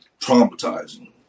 traumatizing